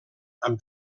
amb